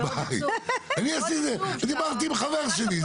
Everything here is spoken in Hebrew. אני דיברתי עם החבר שלי.